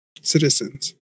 citizens